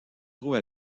trouve